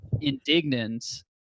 indignant